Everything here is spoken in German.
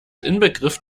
inbegriff